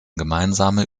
gemeinsame